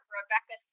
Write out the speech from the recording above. Rebecca